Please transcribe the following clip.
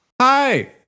Hi